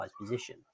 position